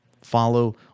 follow